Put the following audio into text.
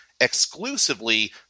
exclusively